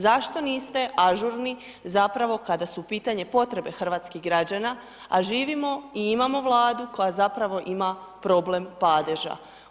Zašto niste ažurni zapravo kada su u pitanju potrebe hrvatskih građana, a živimo i imamo Vladu koja zapravo ima problem padeža.